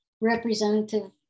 representative